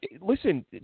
Listen